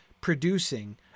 producing